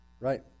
Right